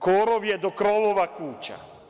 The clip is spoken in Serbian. Korov je do krovova kuća.